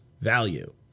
value